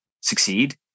succeed